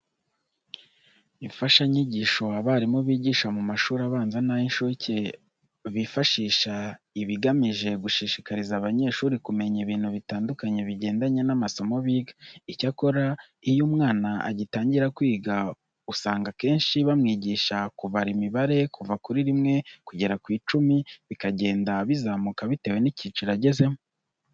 Imfashanyigisho abarimu bigisha mu mashuri abanza n'ay'incuke bifashisha iba igamije gushishikariza abanyeshuri kumenya ibintu bitandukanye bigendanye n'amasomo biga. Icyakora, iyo umwana agitangira kwiga usanga akenshi bamwigisha kubara imibare kuva kuri rimwe kugera ku icumi bikagenda bizamuka bitewe n'icyiciro agezemo.